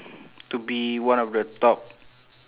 to be one of the top